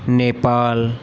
Nepal